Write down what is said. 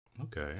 okay